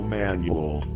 manual